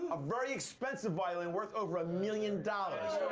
a very expensive violin worth over a million dollars.